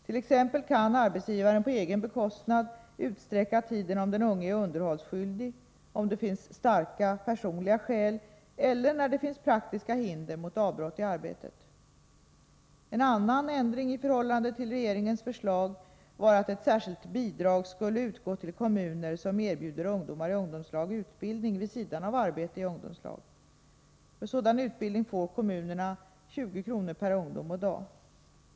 T. ex. kan arbetsgivaren på egen bekostnad utsträcka tiden om den unge är underhållsskyldig, om det finns starka personliga skäl eller när det finns praktiska hinder mot avbrott i arbetet. En annan ändring i förhållande till regeringens förslag var att ett särskilt bidrag skulle utgå till kommuner som erbjuder ungdomar i ungdomslag utbildning vid sidan av arbete i ungdomslag. För sådan utbildning får kommunerna 20 kr. per ungdom och dag.